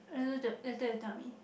then after that you tell me